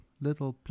little